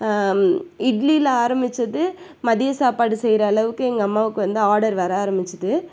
இட்லியில ஆரம்பிச்சது மதிய சாப்பாடு செய்யுற அளவுக்கு எங்கள் அம்மாவுக்கு வந்து ஆர்டர் வர ஆரம்பிச்சிது